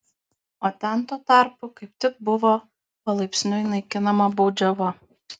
o ten tuo tarpu kaip tik buvo palaipsniui naikinama baudžiava